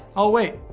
i'll wait.